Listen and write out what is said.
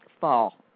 fall